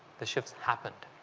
the shift's happened.